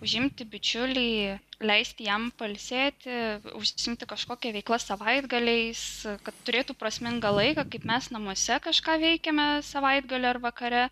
užimti bičiulį leisti jam pailsėti užsiimti kažkokia veikla savaitgaliais kad turėtų prasmingą laiką kaip mes namuose kažką veikiame savaitgalį ar vakare